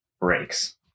Breaks